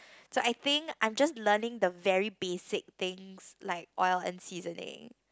so I think I'm just learning the very basic things like oil and seasoning